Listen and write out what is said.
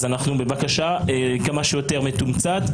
בבקשה, כמה שיותר מתומצת.